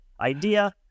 idea